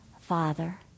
Father